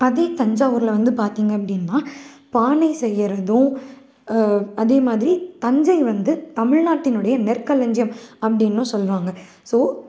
அதே தஞ்சாவூரில் வந்து பார்த்திங்க அப்படினா பானை செய்யுறதும் அதேமாதிரி தஞ்சை வந்து தமிழ் நாட்டினுடைய நெற்களஞ்சியம் அப்படின்னு சொல்வாங்க ஸோ